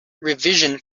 revision